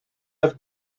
have